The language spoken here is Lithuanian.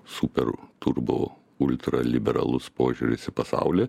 super ur buvau ultraliberalus požiūris į pasaulį